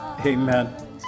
Amen